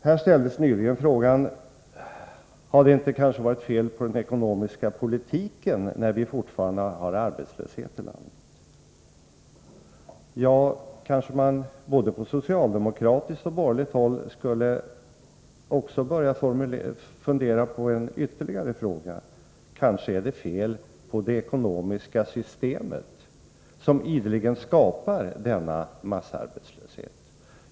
Här ställdes nyligen frågan: Har det inte varit fel på den ekonomiska politiken, när vi fortfarande har arbetslöshet i landet? Ja, kanske man både på socialdemokratiskt och på borgerligt håll borde fundera på ytterligare en fråga: Måhända är det fel på det ekonomiska system som ideligen skapar denna massarbetslöshet?